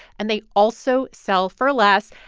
and they also sell for less.